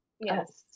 Yes